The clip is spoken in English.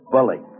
Bully